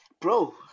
bro